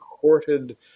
courted